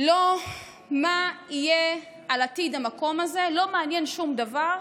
לא מה יהיה על עתיד המקום הזה, לא מעניין שום דבר.